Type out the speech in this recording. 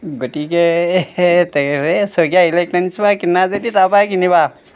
গতিকে শইকীয়া ইলেকট্ৰনিকছৰ পৰাই কিনা যদি তাৰপৰাই কিনিবা